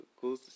cool